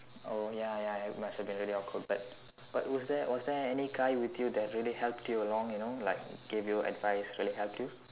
oh ya ya it must have really been awkward but but was there was there any guy with you that really helped you along you know like gave you advice really helped you